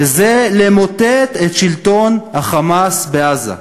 וזה למוטט את שלטון ה"חמאס" בעזה.